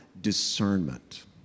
discernment